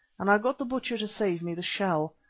and i got the butcher to save me the shell.